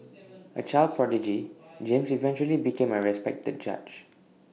A child prodigy James eventually became A respected judge